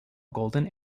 golden